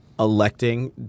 electing